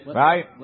right